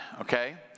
okay